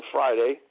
Friday